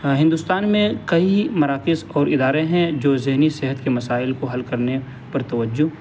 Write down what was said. ہندوستان میں کئی مراکز اور ادارے ہیں جو ذہنی صحت کے مسائل کو حل کرنے پر توجہ